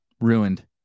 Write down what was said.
ruined